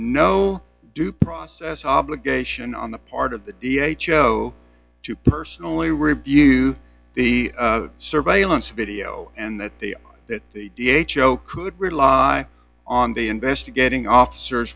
no due process obligation on the part of the d h o to personally review the surveillance video and that the that the d h o could rely on the investigating officers